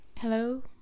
Hello